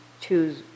choose